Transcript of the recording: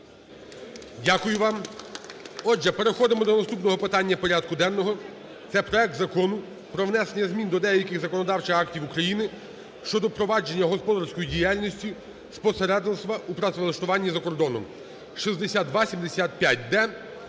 Дякую вам. Отже, переходимо до наступного питання порядку денного – це проект Закону про внесення змін до деяких законодавчих актів України щодо провадження господарської діяльності з посередництва у працевлаштуванні за кордоном (6275-д).